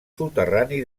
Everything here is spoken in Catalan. soterrani